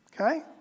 Okay